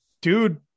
Dude